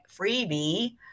freebie